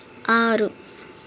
ఆరు